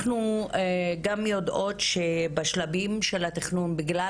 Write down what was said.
אנחנו גם יודעים שבשלבים של התכנון בגלל